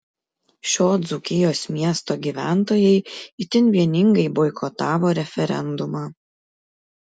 šio dzūkijos miesto gyventojai itin vieningai boikotavo referendumą